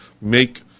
make